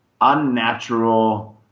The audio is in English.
unnatural